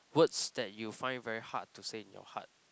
words that you find very hard to say in your heart